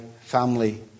family